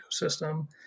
ecosystem